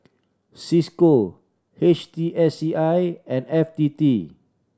Cisco H T S C I and F T T